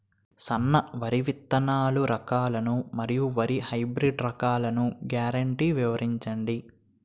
సన్న వరి విత్తనాలు రకాలను మరియు వరి హైబ్రిడ్ రకాలను గ్యారంటీ వివరించండి?